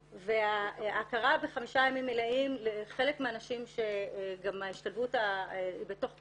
ההכרה בחמישה ימים מלאים לחלק מהנשים שגם ההשתלבות היא בתוך קבוצה,